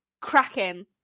cracking